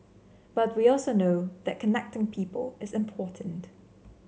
but we also know that connecting people is important